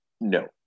No